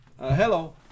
Hello